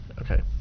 Okay